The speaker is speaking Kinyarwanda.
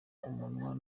umunwa